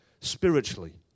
spiritually